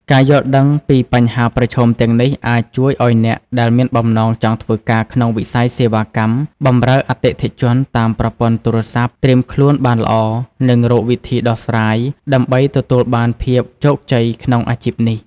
ការយល់ដឹងពីបញ្ហាប្រឈមទាំងនេះអាចជួយឱ្យអ្នកដែលមានបំណងចង់ធ្វើការក្នុងវិស័យសេវាកម្មបម្រើអតិថិជនតាមប្រព័ន្ធទូរស័ព្ទត្រៀមខ្លួនបានល្អ និងរកវិធីដោះស្រាយ ដើម្បីទទួលបានភាពជោគជ័យក្នុងអាជីពនេះ។